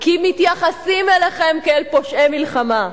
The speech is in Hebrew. כי מתייחסים אליכם כאל פושעי מלחמה.